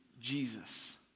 Jesus